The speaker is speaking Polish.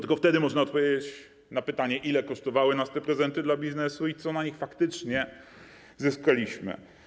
Tylko wtedy można odpowiedzieć na pytanie: Ile kosztowały nas te prezenty dla biznesu i co faktycznie zyskaliśmy?